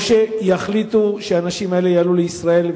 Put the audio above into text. או שיחליטו שהאנשים האלה יעלו לישראל.